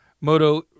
Moto